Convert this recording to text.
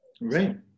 Right